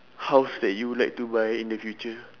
house that you would like to buy in the future